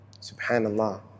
Subhanallah